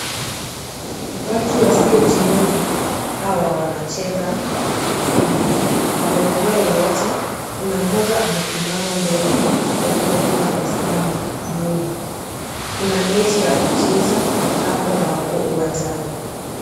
Watu wasiojiweza hawa wanacheza mpira. Wamefurahi wote. Kuna mmoja amesimama mbele alafu wengine wamesimama nyuma. Kuna neti ya kucheza hapo na wako uwanjani.